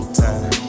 time